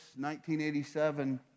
1987